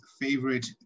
favorite